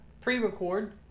pre-record